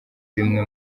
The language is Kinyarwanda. bimwe